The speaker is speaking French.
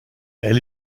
elle